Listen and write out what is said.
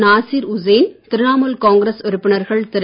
நாசீர் உசேன் திரிணாமுல் காங்கிரஸ் உறுப்பினர்கள் திரு